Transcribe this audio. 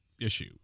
issue